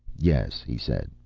yes, he said.